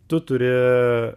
tu turi